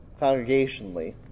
congregationally